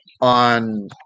on